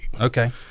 Okay